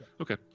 Okay